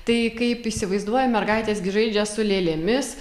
tai kaip įsivaizduoja mergaitės gi žaidžia su lėlėmis